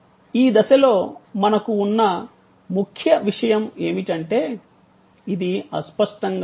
ఈ దశలో మనకు ఉన్న ముఖ్య విషయం ఏమిటంటే ఇది అస్పష్టంగా ఉంది